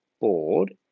board